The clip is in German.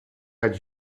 hat